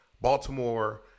Baltimore